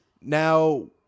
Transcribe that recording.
Now